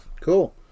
Cool